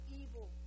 evil